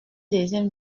deuxième